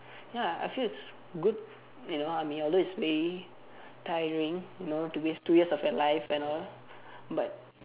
ya I feel it's good you know I mean although it's really tiring you know to waste two years of your life and all but